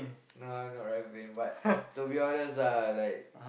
no I'm not rapping but to be honest ah like